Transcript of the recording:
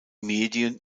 medien